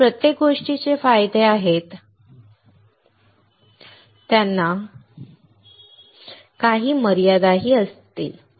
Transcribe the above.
ज्या प्रत्येक गोष्टीचे फायदे आहेत त्यांना काही मर्यादाही असतील